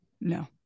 no